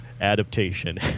adaptation